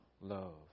love